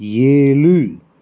ஏழு